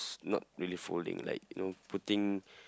not really folding like you know putting